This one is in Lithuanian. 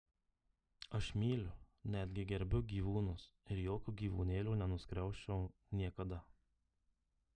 aš myliu netgi gerbiu gyvūnus ir jokio gyvūnėlio nenuskriausčiau niekada